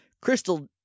crystal